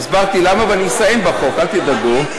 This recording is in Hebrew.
הסברתי למה, ואני אסיים בחוק, אל תדאגו.